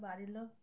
বাড়ির লোক